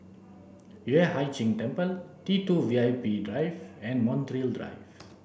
Yueh Hai Ching Temple T two V I P Drive and Montreal Drive